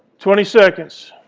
twenty seconds.